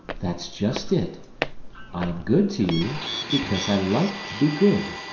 that's just it i am good to you because i like to be good.